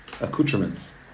accoutrements